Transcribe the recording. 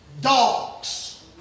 dogs